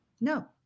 No